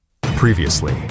Previously